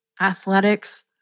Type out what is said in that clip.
athletics